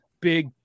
big